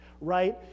right